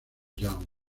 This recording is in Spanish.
young